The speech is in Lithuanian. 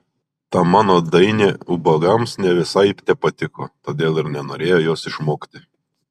ta mano dainė ubagams ne visai tepatiko todėl ir nenorėjo jos išmokti